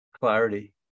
clarity